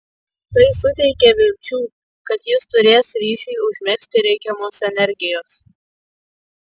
tai suteikė vilčių kad jis turės ryšiui užmegzti reikiamos energijos